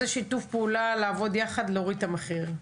שיתוף פעולה כדי לעבוד ביחד ולהוריד את המחיר,